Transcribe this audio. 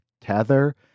tether